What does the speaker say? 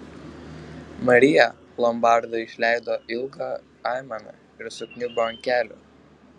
marija lombardo išleido ilgą aimaną ir sukniubo ant kelių